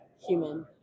human